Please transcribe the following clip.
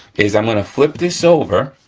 is i'm gonna flip this over,